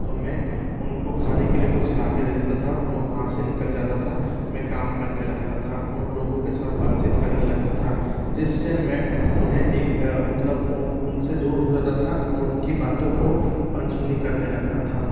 तो मैं उनको खाने के लिए कुछ लाके दे देता था ओर वहाँ से निकल जाता था मैं काम करने लगता था और लोगों के साथ बातचीत करने लगता था जिससे मैं उन्हें एक मतलब उनसे दूर हो जाता था और उनकी बातों को अनसुनी करने लगता था